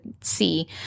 see